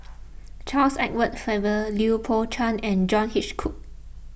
Charles Edward Faber Lui Pao Chuen and John Hitchcock